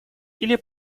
или